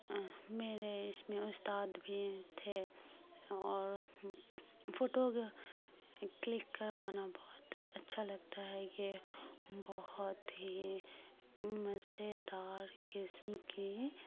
میرے اس میں استاد بھی تھے اور فوٹو کلک کروانا بہت اچھا لگتا ہے یہ بہت ہی مزیدار قسم کی